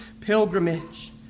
pilgrimage